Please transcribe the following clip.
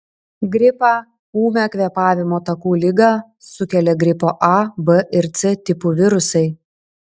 gripą ūmią kvėpavimo takų ligą sukelia gripo a b ir c tipų virusai